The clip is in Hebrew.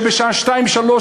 שבשעה 14:00,